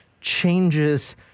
changes